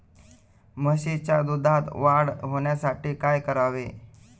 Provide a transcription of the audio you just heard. म्हशीच्या दुधात वाढ होण्यासाठी काय करावे?